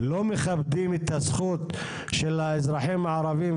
לא מכבדים את הזכות של האזרחים הערבים,